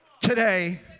today